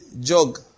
jog